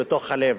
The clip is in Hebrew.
ומתוך הלב,